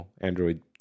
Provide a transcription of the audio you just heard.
Android